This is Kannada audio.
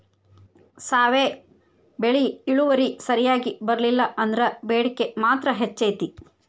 ಸಾವೆ ಬೆಳಿ ಇಳುವರಿ ಸರಿಯಾಗಿ ಬರ್ಲಿಲ್ಲಾ ಅಂದ್ರು ಬೇಡಿಕೆ ಮಾತ್ರ ಹೆಚೈತಿ